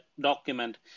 document